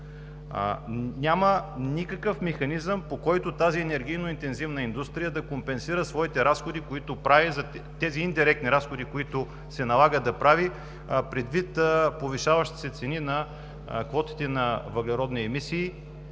Няма никакъв механизъм, по който тази енергийно-интензивна индустрия да компенсира своите индиректни разходи, които се налага да прави, предвид повишаващите се цени на квотите на въглеродни емисии